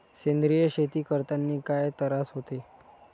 सेंद्रिय शेती करतांनी काय तरास होते?